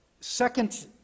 second